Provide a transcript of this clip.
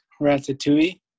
Ratatouille